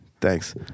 thanks